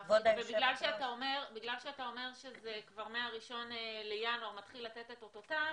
בגלל שאתה אומר שכבר מה-1 לינואר כבר מתחיל לתת את אותותיו,